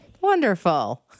wonderful